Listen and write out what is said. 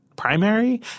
primary